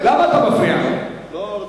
למה אתה מפריע לו?